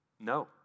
No